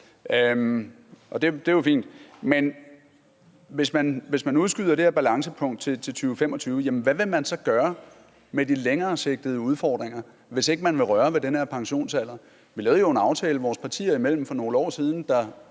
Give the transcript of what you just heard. Det er jo fint. Men hvis det her balancepunkt udskydes til 2025, hvad vil Socialdemokratiet så gøre med de længeresigtede udfordringer, hvis ikke man vil røre ved den her pensionsalder? Vi lavede en aftale vores partier imellem for nogle år siden, der